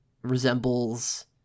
resembles